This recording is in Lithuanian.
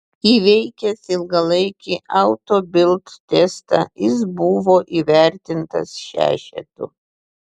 įveikęs ilgalaikį auto bild testą jis buvo įvertintas šešetu